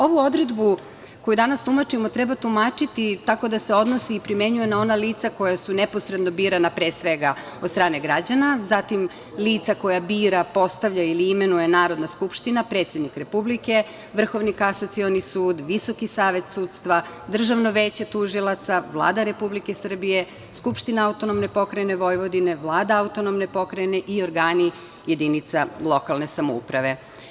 Ovu odredbu koju danas tumačimo treba tumačiti tako da se odnosi i primenjuje na ona lica koja su neposredno birana pre svega od strane građana, zatim lica koja bira, postavlja ili imenuje Narodna skupština, predsednik Republike, Vrhovni kasacioni sud, Visoki savet sudstva, Državno veće tužilaca, Vlada Republike Srbije, Skupština Autonomne pokrajine Vojvodine, Vlada Autonomne pokrajne i organi jedinica lokalne samouprave.